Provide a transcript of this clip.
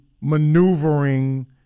maneuvering